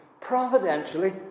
Providentially